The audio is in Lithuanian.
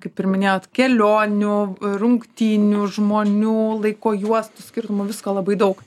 kaip ir minėjot kelionių rungtynių žmonių laiko juostų skirtumų visko labai daug